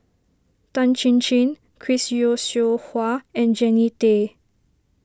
Tan Chin Chin Chris Yeo Siew Hua and Jannie Tay